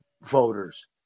voters